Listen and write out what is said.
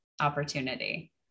opportunity